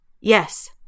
Yes